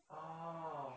ah